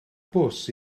bws